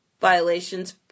violations